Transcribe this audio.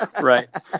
Right